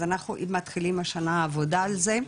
אז אנחנו מתחילים השנה עבודה על זה.